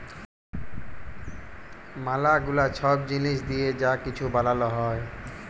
ম্যালা গুলা ছব জিলিস দিঁয়ে যা কিছু বালাল হ্যয়